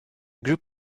group